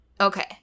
Okay